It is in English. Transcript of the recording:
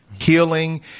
healing